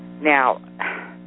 Now